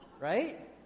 Right